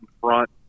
front